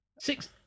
Six